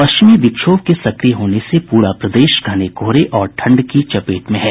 पश्चिमी विक्षोभ के सक्रिय होने से पूरा प्रदेश घने कोहरे और ठंड की चपेट में है